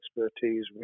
expertise